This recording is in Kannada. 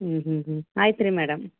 ಹ್ಞೂ ಹ್ಞೂ ಹ್ಞೂ ಆಯ್ತು ರೀ ಮೇಡಮ್